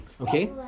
Okay